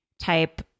type